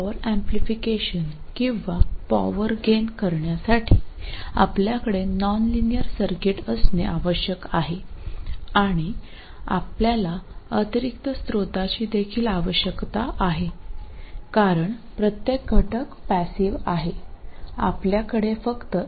power amplification അല്ലെങ്കിൽ power gain ലഭിക്കുന്നതിന് നമുക്ക് ഒരു നോൺ ലീനിയർ സർക്യൂട്ട് വേണമെന്നും ഒരു അധിക സോഴ്സ്സും ആവശ്യമാണെന്നും ഞങ്ങൾ മുമ്പ് കണ്ടു കാരണം എല്ലാ ഘടകങ്ങളും നിഷ്ക്രിയമാണ്